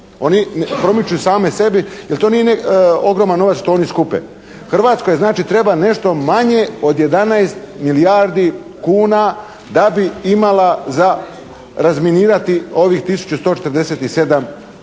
Oni promiču sami sebe jer to nije ogroman novac što oni skupe. Hrvatskoj znači treba nešto manje od 11 milijardi kuna da bi imala za razminirati ovih 1147 kilometara.